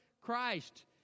Christ